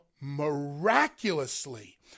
miraculously